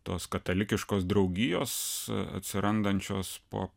tos katalikiškos draugijos atsirandančios po